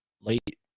late